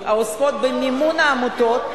ולכן, בכנסת הוקמו 25 ועדות חקירה.